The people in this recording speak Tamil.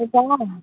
இப்போ